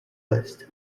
list